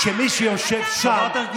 שנייה, תני לי לסיים, גברת.